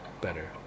better